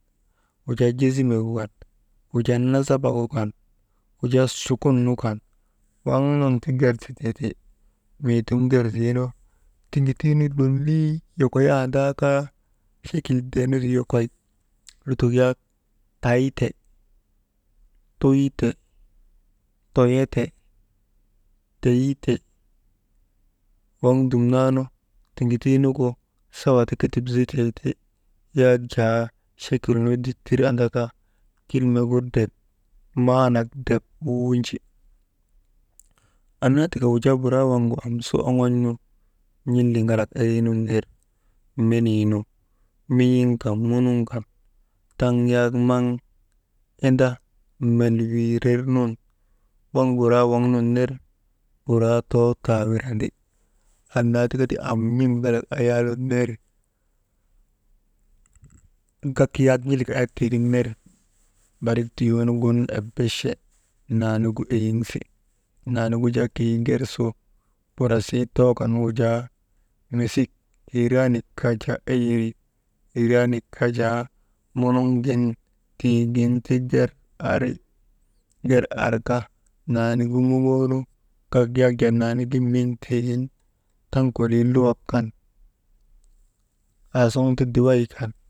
Wujaa jezimek gu kan, wujaa nasabak gu kan, wujaa sukun nu kan, waŋ nun ti gerzitee ti. Mii dum gerziinu tiŋituu nu lolii lokoyandaa kaa chekilteni yokoy, lutok yak tayte, tuyte, toyete, teyite, waŋ dumnanu tiŋituu nu sawa ti ketip sitee ti yak jaa chekil nu dittir andaka kilmegu drep, maanak drep, wuunju, anna tika wujaa buraa waŋgu am su oŋon̰nu n̰illiŋalak erii nun ner menii nu min̰iŋ kan munuŋ kan taŋ yak inda melwiirernun waŋ buraa waŋ nun ner buraa too ta wirandi, annaa tika ti am n̰iŋalak ayaanun ner gak yak n̰ilik ayak tiigin ner barik tiyoonu gun ebeche naanigu eyiŋse, naanik gu jaa keyi gersu burasii tookann wujaa, mesik yiiranik kaa jaa eyeri, hiiranik kaa jaa munuŋgin tiigin ti ger ari, ger arka naanik gu muŋoonu, gak ya jaa naanigin niŋ tiigin taŋ kolii luwak kan, aasuŋti daway kan.